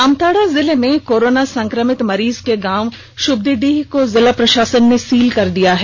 जामताड़ा जिले में कोरोना संक्रमित मरीज के गांव शुबदीडीह को जिला प्रशासन ने सील कर दिया गया है